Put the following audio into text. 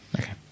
Okay